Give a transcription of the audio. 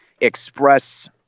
express